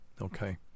Okay